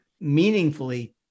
meaningfully